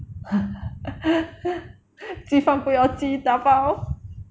鸡饭不要鸡 dabao